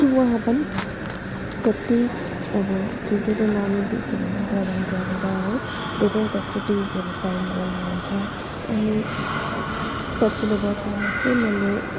उहाँ पनि कति अब ठुल्ठुलो नामी देशहरूमा भ्रमण गरेर है धेरैवटा ट्रिटिसहरू साइन गर्नुहुन्छ अनि पछिलो वर्षमा चाहिँ मैले